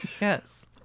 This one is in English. Yes